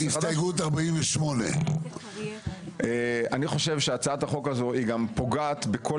הסתייגות 48. אני חושב שהצעת החוק הזאת גם פוגעת בכל